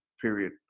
period